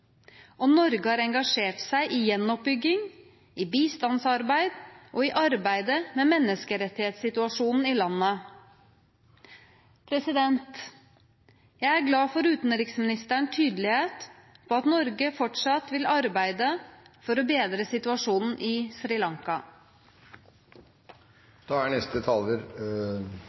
Norge har engasjert seg i gjenoppbygging, i bistandsarbeid og i arbeidet med menneskerettighetssituasjonen i landet. Jeg er glad for utenriksministerens tydelighet på at Norge fortsatt vil arbeide for å bedre situasjonen i